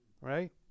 right